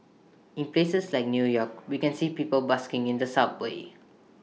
in places like new york we can see people busking in the subways